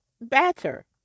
better